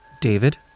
David